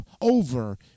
over